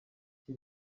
iki